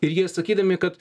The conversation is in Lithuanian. ir jie sakydami kad